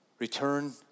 return